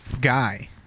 guy